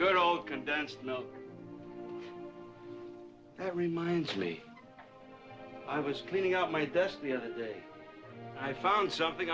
good all condensed milk that reminds me i was cleaning out my desk the other day i found something